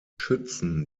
schützen